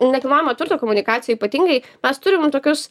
nekilnojamo turto komunikacijoj ypatingai mes turim tokius